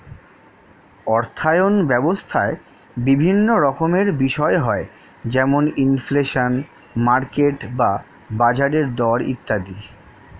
অর্থায়ন ব্যবস্থায় বিভিন্ন রকমের বিষয় হয় যেমন ইনফ্লেশন, মার্কেট বা বাজারের দর ইত্যাদি